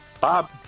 Bob